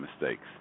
mistakes